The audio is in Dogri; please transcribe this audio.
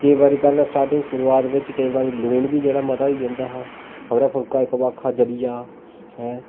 केईं बारी पैह्लें स्टार्टिंग शुरूआत बिच केईं बारी लून बी केईं बारी मता होई जंदा हा खबरै फुल्का इक्क बक्खी आ जली आ ऐं